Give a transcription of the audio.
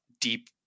deep